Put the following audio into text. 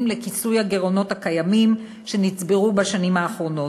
לכיסוי הגירעונות הקיימים שנצברו בשנים האחרונות.